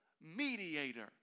mediator